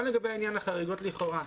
גם לגבי נושא החריגות לכאורה.